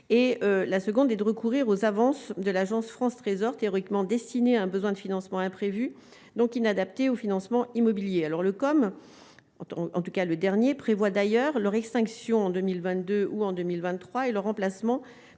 la seconde est de recourir aux avances de l'Agence France Trésor, théoriquement destiné à un besoin de financement imprévus donc inadapté au financement immobilier alors le comme en tout cas le dernier prévoit d'ailleurs leur extinction en 2022 ou en 2023 et le remplacement